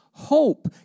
Hope